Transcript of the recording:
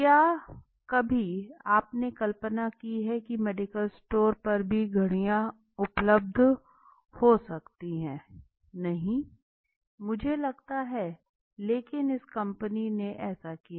क्या कभी आपने कल्पना की है कि मेडिकल स्टोर्स पर भी घड़ियां उपलब्ध हो सकती हैं नहीं मुझे लगता लेकिन इस कंपनी ने ऐसा किया